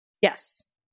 Yes